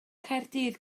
caerdydd